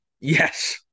Yes